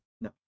No